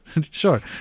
Sure